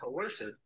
coercive